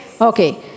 Okay